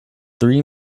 three